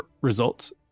results